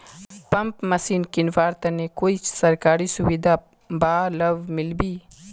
Pump machine किनवार तने कोई सरकारी सुविधा बा लव मिल्बी?